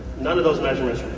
none of those measurements were